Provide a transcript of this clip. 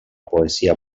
poesia